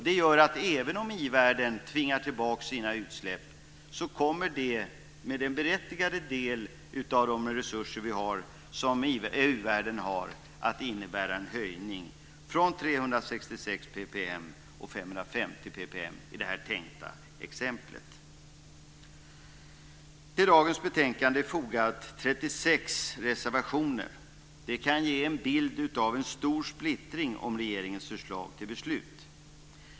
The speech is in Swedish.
Det gör att även om i-världen tvingar tillbaka sina utsläpp kommer det med den berättigade del av de resurser som u-världen har att innebära en höjning från 366 ppm till 550 ppm i det tänkta exemplet. Till dagens betänkande är fogat 36 reservationer. Det kan ge en bild av en stor splittring om regeringens förslag till beslut.